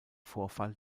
vorfall